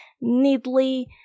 neatly